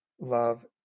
love